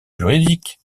juridiques